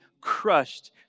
crushed